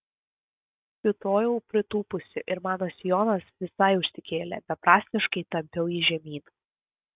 kiūtojau pritūpusi ir mano sijonas visai užsikėlė beprasmiškai tampiau jį žemyn